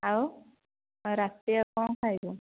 ଆଉ ଆଉ ରାତିରେ କ'ଣ ଖାଇବ